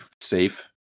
safe